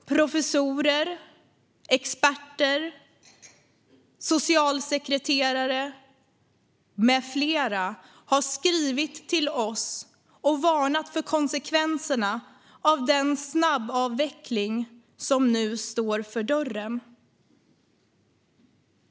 Professorer, experter, socialsekreterare med flera har skrivit till oss och varnat för konsekvenserna av den snabbavveckling som nu står för dörren.